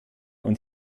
und